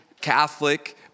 Catholic